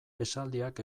esaldiak